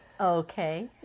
Okay